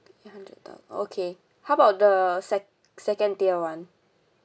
three hundred dollar okay how about the se~ second tier [one]